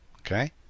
Okay